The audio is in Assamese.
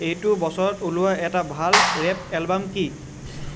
এইটো বছৰত ওলোৱা এটা ভাল ৰেপ এলবাম কি